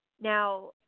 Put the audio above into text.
now